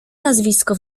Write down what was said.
nazwisko